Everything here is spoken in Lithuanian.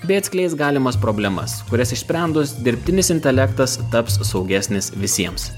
bei atskleis galimas problemas kurias išsprendus dirbtinis intelektas taps saugesnis visiems